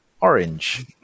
orange